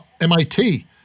MIT